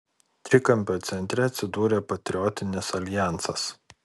trikampio centre atsidūrė patriotinis aljansas